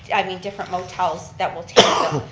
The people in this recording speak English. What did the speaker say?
i mean different motels that will take